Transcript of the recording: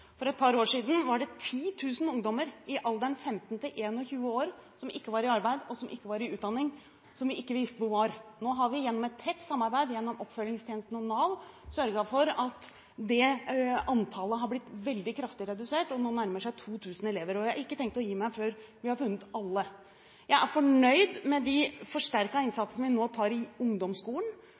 alderen 15–21 år som ikke var i arbeid, og som ikke var i utdanning, som vi ikke visste hvor var. Nå har vi gjennom et tett samarbeid med oppfølgingstjenesten og Nav sørget for at det antallet har blitt kraftig redusert og nå nærmer seg 2 000 elever. Og jeg har ikke tenkt å gi meg før vi har funnet alle. Jeg er fornøyd med den forsterkede innsatsen vi nå foretar i ungdomsskolen,